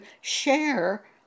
share